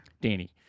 Danny